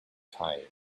tired